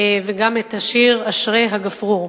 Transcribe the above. וגם את השיר: "אשרי הגפרור".